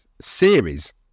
series